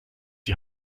die